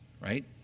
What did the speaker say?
right